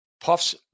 Puffs